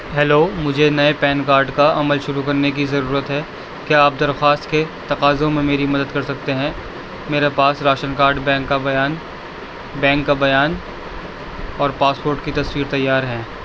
hello مجھے نئے PAN card کا عمل شروع کرنے کی ضرورت ہے کیا آپ درخواست کے تقاضوں میں میری مدد کر سکتے ہیں میرے پاس راشن کارڈ بینک کا بیان بینک کا بیان اور پاسپوٹ کی تصویر تیار ہیں